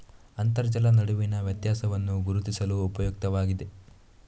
ಅಂತರ್ಜಲದ ನಡುವಿನ ವ್ಯತ್ಯಾಸವನ್ನು ಗುರುತಿಸಲು ಉಪಯುಕ್ತವಾಗಿದೆ